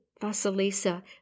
Vasilisa